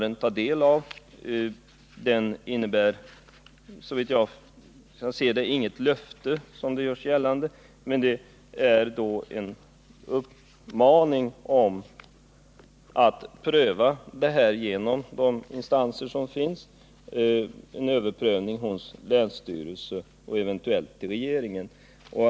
Brevet från bostadsministern innebär inte — såvitt jag kan se — något löfte, som det har gjorts gällande, utan det är en uppmaning att pröva ärendet genom de instanser som finns, överprövning hos länsstyrelsen och eventuellt överklagande till regeringen.